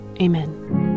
Amen